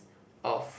of